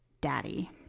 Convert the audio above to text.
Daddy